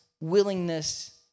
willingness